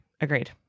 agreed